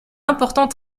important